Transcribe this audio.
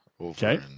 okay